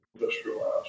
industrialized